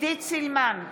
עידית סילמן,